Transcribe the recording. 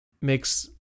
makes